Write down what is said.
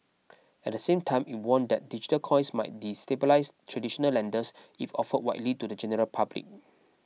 at the same time it warned that digital coins might destabilise traditional lenders if offered widely to the general public